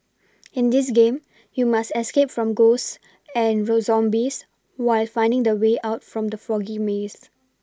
in this game you must escape from ghosts and the zombies while finding the way out from the foggy maze